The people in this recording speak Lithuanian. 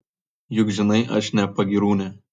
juk žinai aš ne pagyrūnė